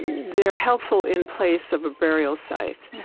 they're helpful in place of a burial site.